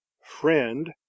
friend